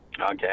Okay